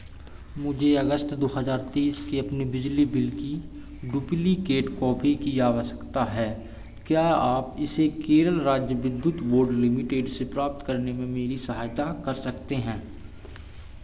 मुझे अगस्त दो हज़ार तेईस के अपने बिजली बिल की डुप्लिकेट कॉपी की आवश्यकता है क्या आप इसे केरल राज्य विद्युत बोर्ड लिमिटेड से प्राप्त करने में मेरी सहायता कर सकते हैं